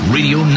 Radio